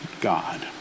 God